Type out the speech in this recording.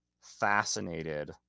fascinated